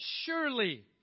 surely